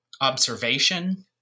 observation